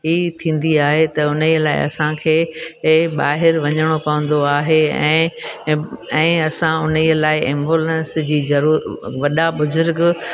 ही थींदी आहे त हुनजे लाइ असांखे इहो ॿाहिरि वञिणो पवंदो आहे ऐं ऐं असां हुनजे लाइ एंबुलंस जी ज़रूरु वॾा बुज़ुर्ग